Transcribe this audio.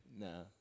No